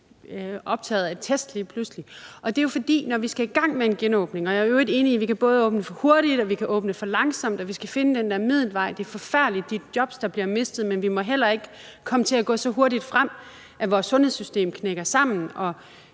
optaget af test lige pludselig, og det er vi jo, fordi vi på et tidspunkt skal i gang med en genåbning. Jeg er i øvrigt enig i, at vi både kan åbne for hurtigt og for langsomt, og at vi skal finde den der middelvej, for det er forfærdeligt med de jobs, der mistes, men vi må heller ikke komme til at gå så hurtigt frem, at vores sundhedssystem knækker sammen, så